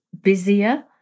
busier